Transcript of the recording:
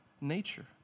nature